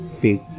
big